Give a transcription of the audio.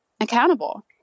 accountable